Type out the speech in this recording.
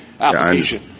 application